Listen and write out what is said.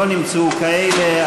לא נמצאו כאלה.